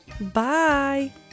Bye